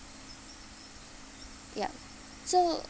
yup so